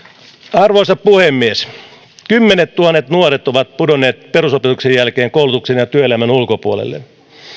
arvoisa puhemies kymmenettuhannet nuoret ovat pudonneet perusopetuksen jälkeen koulutuksen ja työelämän ulkopuolelle